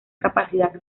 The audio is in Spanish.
capacidad